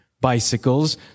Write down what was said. bicycles